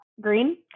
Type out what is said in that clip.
Green